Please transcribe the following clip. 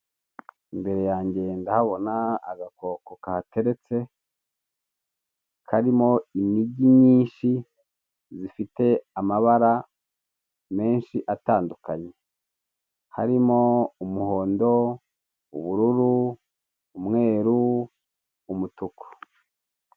Imbere yanjye ndahabona agakoko kahateretse, karimo inigi nyinshi zifite amabara menshi atandukanye. Harimo umuhondo, ubururu, umweru, umutuku.